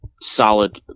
solid